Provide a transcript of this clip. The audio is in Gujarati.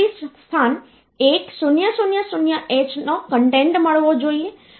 તેથી જેમ જેમ તમે આ ડેસિમલ પોઇન્ટથી દૂર જશો તેમ તે અંકનું મહત્વ ઘટતું જાય છે